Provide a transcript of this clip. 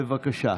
בבקשה.